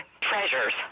treasures